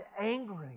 angry